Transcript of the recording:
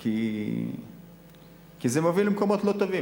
כי זה מוביל למקומות לא טובים.